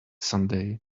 sunday